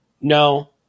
No